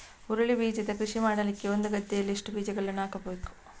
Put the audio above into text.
ಹುರುಳಿ ಬೀಜದ ಕೃಷಿ ಮಾಡಲಿಕ್ಕೆ ಒಂದು ಗದ್ದೆಯಲ್ಲಿ ಎಷ್ಟು ಬೀಜಗಳನ್ನು ಹಾಕಬೇಕು?